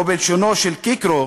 או בלשונו של קיקרו,